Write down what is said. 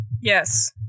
Yes